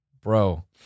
Bro